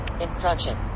Instruction